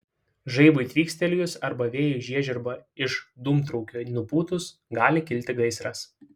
žaibui tvykstelėjus arba vėjui žiežirbą iš dūmtraukių nupūtus gali kilti gaisras